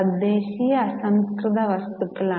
തദ്ദേശീയ അസംസ്കൃത വസ്തുക്കളുമാണ്